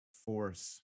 Force